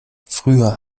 früher